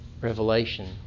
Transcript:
revelation